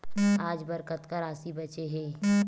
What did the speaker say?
आज बर कतका राशि बचे हे?